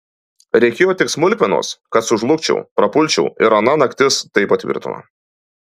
reikėjo tik smulkmenos kad sužlugčiau prapulčiau ir ana naktis tai patvirtino